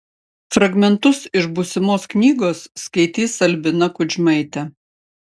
fragmentus iš būsimos knygos skaitys albina kudžmaitė